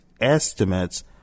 estimates